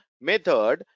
method